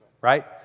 Right